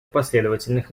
последовательных